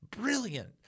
brilliant